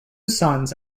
sons